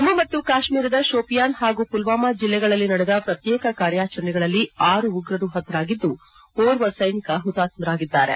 ಜಮ್ಮು ಮತ್ತು ಕಾಶ್ಮೀರದ ಶೋಪಿಯಾನ್ ಹಾಗೂ ಮಲ್ವಾಮಾ ಜಿಲ್ಲೆಗಳಲ್ಲಿ ನಡೆದ ಪ್ರತ್ಯೇಕ ಕಾರ್ಯಾಚರಣೆಗಳಲ್ಲಿ ಆರು ಉಗ್ರರು ಪತರಾಗಿದ್ದು ಓರ್ವ ಸೈನಿಕ ಮತಾತ್ಮರಾಗಿದ್ದಾರೆ